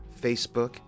Facebook